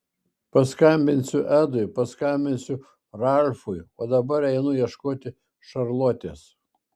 paskambinsiu edui paskambinsiu ralfui o dabar einu ieškoti šarlotės